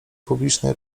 publicznej